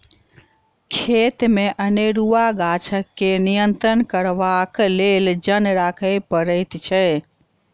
खेतमे अनेरूआ गाछ के नियंत्रण करबाक लेल जन राखय पड़ैत छै